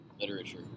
literature